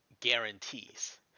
guarantees